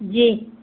जी